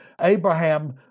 Abraham